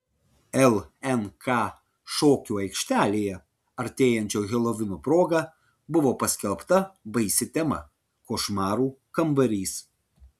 lnk šokių aikštelėje artėjančio helovino proga buvo paskelbta baisi tema košmarų kambarys